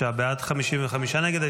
46 בעד, 55 נגד.